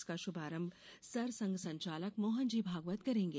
इसका शुभारंभ सरसंघचालक मोहन जी भागवत करेंगे